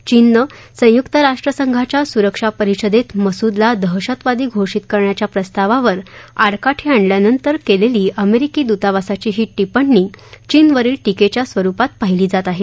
चीननं संयुक्त राष्ट्रसंघाच्या सुरक्षा परिषदेत मसूदला दहशतवादी घोषित करण्याच्या प्रस्तावावर चीननं अडकाढी आणल्यानंतर केलेली अमेरिकी दूतावासाची ही टिप्पणी चीनवरील टिकेच्या स्वरुपात पाहिली जाते